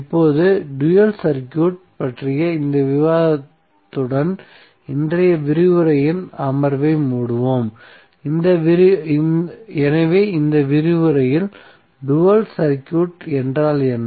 இப்போது dual circuit பற்றிய இந்த விவாதத்துடன் இன்றைய விரிவுரையின் அமர்வை மூடுவோம் எனவே இந்த விரிவுரையில் டூயல் சர்க்யூட் என்றால் என்ன